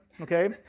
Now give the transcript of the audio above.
Okay